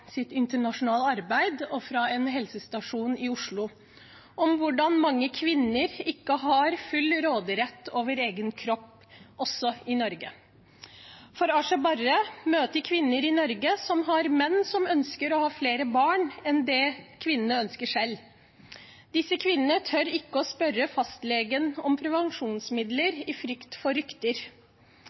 sitt internasjonale arbeid og fra en helsestasjon i Oslo, om hvordan mange kvinner ikke har full råderett over egen kropp – også i Norge. For Asha Barre møter kvinner i Norge som har menn som ønsker å ha flere barn enn det kvinnene ønsker selv, og disse kvinnene tør ikke spørre fastlegen om prevensjonsmidler av frykt for rykter.